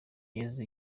yesu